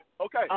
Okay